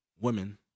women